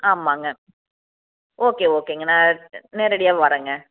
ஆமாங்க ஓகே ஓகேங்க நான் நேரடியாக வரேங்க